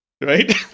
Right